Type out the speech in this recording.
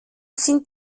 sind